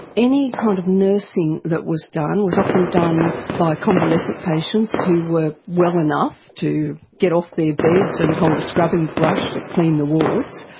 any kind of nursing that was done, was often done by convalescent patients who were well enough to get off their beds and hold a scrubbing brush to clean the wards,